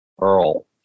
Earl